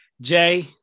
Jay